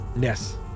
Yes